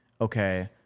okay